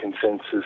consensus